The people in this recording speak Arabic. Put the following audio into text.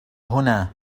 هنا